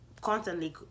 constantly